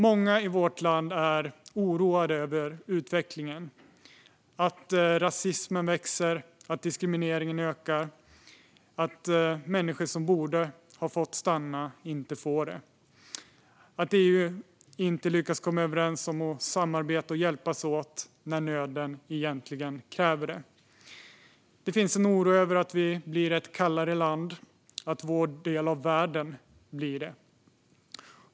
Många i vårt land är oroade över utvecklingen när det gäller att rasismen växer, att diskrimineringen ökar, att människor som borde ha fått stanna inte får det och att EU inte lyckas komma överens om att samarbeta och hjälpas åt när nöden egentligen kräver det. Det finns en oro för att vi blir ett kallare land och att vår del av världen blir det.